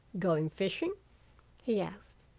going fishing he asked.